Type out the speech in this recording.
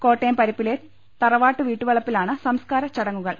കോട്ടയം പരിപ്പിലെ തറവാട്ടുവളപ്പിലാണ് സംസ്കാര ചടങ്ങുകൾ